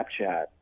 snapchat